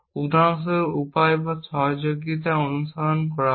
উদাহরণস্বরূপ উপায় বা সহযোগীতা অনুসরণ করা হয়